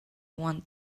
one